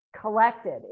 collected